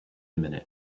minute